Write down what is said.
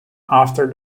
after